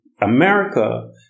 America